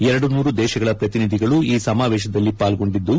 ಇನ್ನೂರು ದೇಶಗಳ ಪ್ರತಿನಿಧಿಗಳು ಈ ಸಮಾವೇಶದಲ್ಲಿ ಪಾಲ್ಗೊಂಡಿದ್ದು